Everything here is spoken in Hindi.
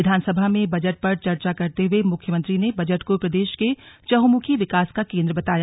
विधानसभा में बजट पर चर्चा करते हुए मुख्यमंत्री ने कहा कि बजट को प्रदेश के चहुमुखी विकास का केंद्र बताया